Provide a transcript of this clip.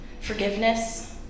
forgiveness